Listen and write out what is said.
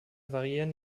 variieren